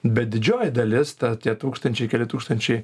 bet didžioji dalis tą tie tūkstančiai keli tūkstančiai